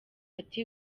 ati